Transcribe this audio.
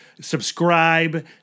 subscribe